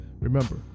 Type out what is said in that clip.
Remember